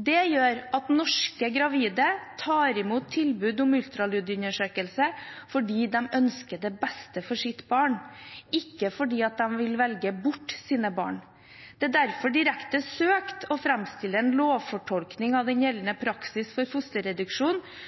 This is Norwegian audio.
Det gjør at norske gravide tar imot tilbud om ultralydundersøkelse fordi de ønsker det beste for sitt barn, ikke fordi de vil velge bort sine barn. Det er derfor direkte søkt å framstille en lovfortolkning av den gjeldende praksis for fosterreduksjon